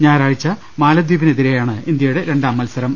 ഞായറാഴ്ച മാലദ്ധീപിനെതിരെയാണ് ഇന്ത്യയുടെ രണ്ടാം മത്സരം